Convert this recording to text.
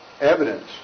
evidence